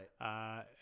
Right